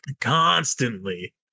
constantly